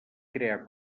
crear